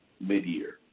mid-year